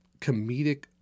comedic